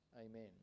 amen